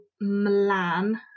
Milan